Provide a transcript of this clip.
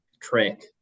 trick